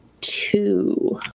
two